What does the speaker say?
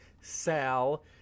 sal